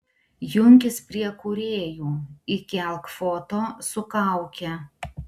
junkis prie kūrėjų įkelk foto su kauke